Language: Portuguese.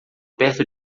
perto